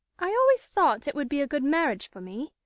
i always thought it would be a good marriage for me.